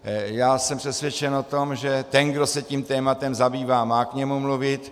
Já jsem přesvědčen o tom, že ten, kdo se tím tématem zabývá, má k němu mluvit.